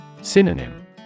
Synonym